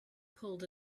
pulled